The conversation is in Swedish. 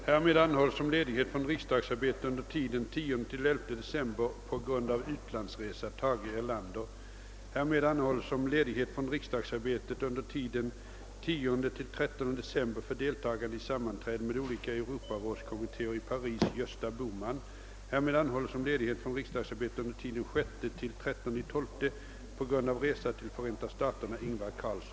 Härmed anhåller jag om ledighet från riksdagsarbetet under tiden den 10--11 december 1969 på grund av utlandsresa. Härmed får jag anhålla om ledighet från riksdagsgöromålen från och med den 10 december klockan 14.00 till och med den 13 december för deltagande i sammanträden med olika europrådskommittéer i Paris.